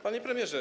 Panie Premierze!